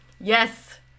Yes